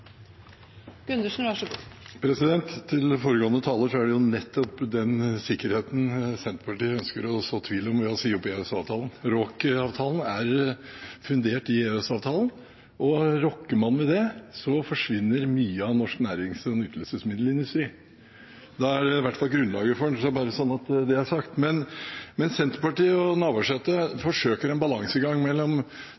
jo nettopp den sikkerheten Senterpartiet ønsker å så tvil om ved å si opp EØS-avtalen. RÅK-avtalen er fundert i EØS-avtalen, og rokker man ved det, forsvinner mye av norsk nærings- og nytelsesmiddelindustri, i hvert fall grunnlaget for den – bare så det er sagt. Senterpartiet og Navarsete